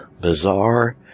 bizarre